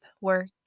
work